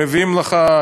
מביאים לך,